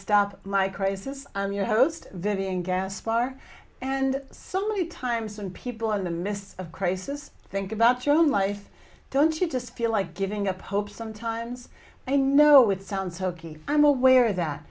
stop my crisis host vivian gas fire and so many times when people in the midst of crisis think about your own life don't you just feel like giving up hope sometimes i know it sounds hokey i'm aware that